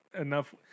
enough